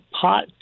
pot